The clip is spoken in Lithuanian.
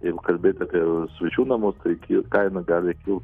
jeigu kalbėt apie svečių namus tai ki kaina gali kilti